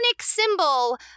symbol